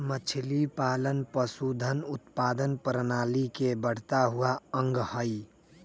मछलीपालन पशुधन उत्पादन प्रणाली के बढ़ता हुआ अंग हई